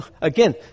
again